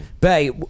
Bay